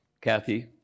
Kathy